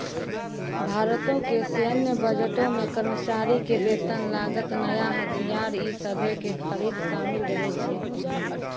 भारतो के सैन्य बजटो मे कर्मचारी के वेतन, लागत, नया हथियार इ सभे के खरीद शामिल रहै छै